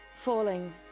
Falling